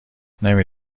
نمی